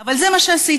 אבל זה מה שעשיתי,